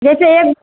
जैसे एक